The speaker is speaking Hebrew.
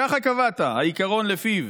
ככה קבעת, "העיקרון לפיו